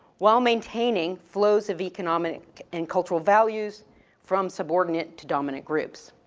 while maintaining flows of economic, and cultural values from subordinate to dominant groups.